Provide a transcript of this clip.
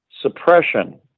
suppression